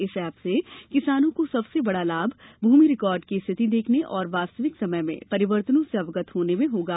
इस एप से किसानों को सबसे बडा लाभ भूमि रिकार्ड की स्थिति देखने और वास्तविक समय में परिवर्तनो से अवगत होने में होगा